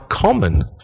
common